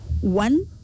one